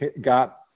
got